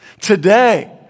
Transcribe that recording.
Today